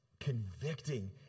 Convicting